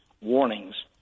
warnings